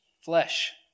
flesh